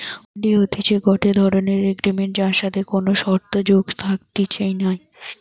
হুন্ডি হতিছে গটে ধরণের এগ্রিমেন্ট যার সাথে কোনো শর্ত যোগ থাকতিছে নাই